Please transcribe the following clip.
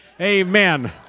Amen